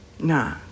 Nah